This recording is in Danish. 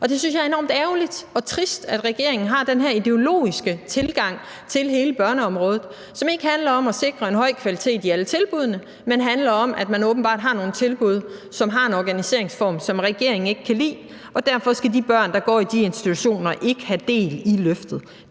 er enormt ærgerligt og trist, at regeringen har den her ideologiske tilgang til hele børneområdet, som ikke handler om at sikre en høj kvalitet i alle tilbuddene, men handler om, at man åbenbart har nogle tilbud, som har en organiseringsform, som regeringen ikke kan lide, og derfor skal de børn, der går i de institutioner, ikke have del i løftet.